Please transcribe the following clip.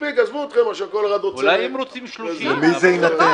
מספיק, עזבו אתכם --- מה קורה